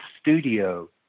studio